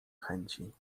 chęci